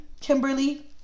Kimberly